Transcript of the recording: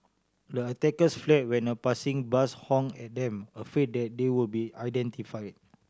the attackers fled when a passing bus honk at them afraid that they would be identify